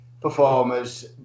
performers